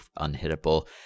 unhittable